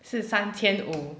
是三千五